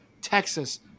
Texas